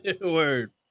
Word